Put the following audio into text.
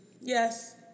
Yes